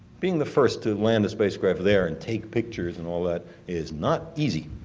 being the first to land a spacecraft there and take pictures and all that is not easy.